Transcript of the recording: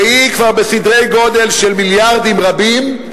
שהיא כבר בסדרי-גודל של מיליארדים רבים.